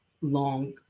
long